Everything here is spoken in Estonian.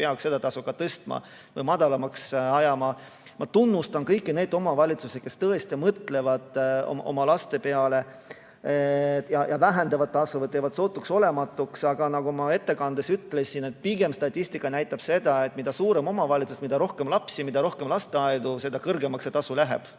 peaks seda tasu tõstma või madalamaks ajama. Ma tunnustan kõiki neid omavalitsusi, kes tõesti mõtlevad oma laste peale ja vähendavad seda tasu või teevad sootuks olematuks. Aga nagu ma ettekandes ütlesin, pigem näitab statistika seda, et mida suurem omavalitsus ja mida rohkem lapsi, mida rohkem lasteaedu, seda kõrgemaks see tasu läheb.